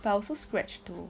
but I also scratch two